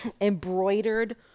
embroidered